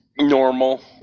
Normal